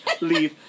leave